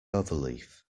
overleaf